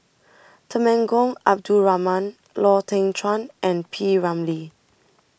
Temenggong Abdul Rahman Lau Teng Chuan and P Ramlee